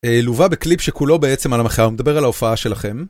לווה בקליפ שכולו בעצם על המחאה, הוא מדבר על ההופעה שלכם.